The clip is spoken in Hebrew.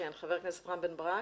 חבר הכנסת רם בן ברק.